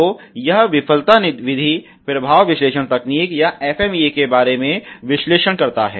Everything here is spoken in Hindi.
तो यह विफलता विधि प्रभाव विश्लेषण तकनीक या FMEA के बारे में विश्लेषण करता है